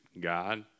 God